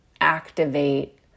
activate